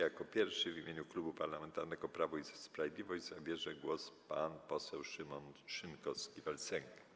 Jako pierwszy w imieniu Klubu Parlamentarnego Prawo i Sprawiedliwość głos zabierze pan poseł Szymon Szynkowski vel Sęk.